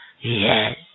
Yes